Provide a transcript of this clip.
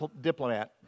diplomat